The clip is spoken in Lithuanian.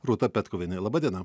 rūta petkuvienė laba diena